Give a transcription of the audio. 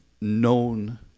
known